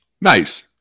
nice